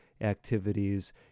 activities